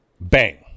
Bang